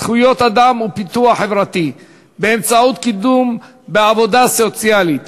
זכויות אדם ופיתוח חברתי באמצעות קידום בעבודה סוציאלית,